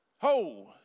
Ho